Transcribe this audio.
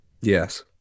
Yes